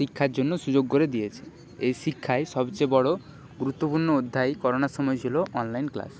শিক্ষার জন্য সুযোগ করে দিয়েছে এই শিক্ষায় সবচেয়ে বড় গুরুত্বপূর্ণ অধ্যায় করোনার সময় ছিল অনলাইন ক্লাস